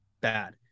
bad